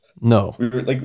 No